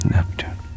Neptune